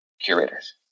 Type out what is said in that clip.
curators